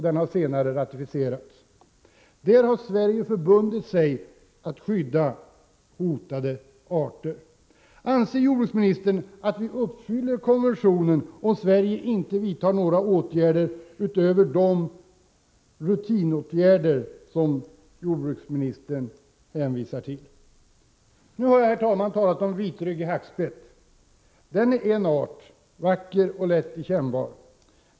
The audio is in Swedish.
Den har senare ratificerats. Där har Sverige förbundit sig att skydda hotade arter. Anser jordbruksministern att vi uppfyller konventionen, om Sverige inte vidtar några åtgärder utöver de rutinåtgärder som jordbruksministern hänvisar till? Nu har jag, herr talman, talat om den vitryggiga hackspetten. Den är en art som är vacker och lätt igenkännbar.